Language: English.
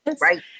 Right